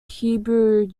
hebrew